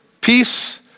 peace